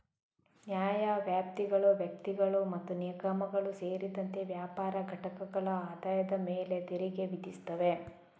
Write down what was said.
ನ್ಯಾಯವ್ಯಾಪ್ತಿಗಳು ವ್ಯಕ್ತಿಗಳು ಮತ್ತು ನಿಗಮಗಳು ಸೇರಿದಂತೆ ವ್ಯಾಪಾರ ಘಟಕಗಳ ಆದಾಯದ ಮೇಲೆ ತೆರಿಗೆ ವಿಧಿಸುತ್ತವೆ